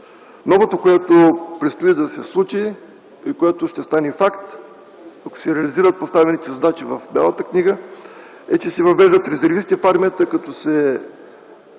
Новото, което предстои да се случи и което ще стане факт, е, като се реализират поставените задачи в Бялата книга, и, че се въвеждат резервисти в армията, като се